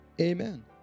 Amen